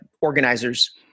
organizers